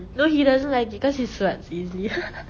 no he doesn't like because he sweats easily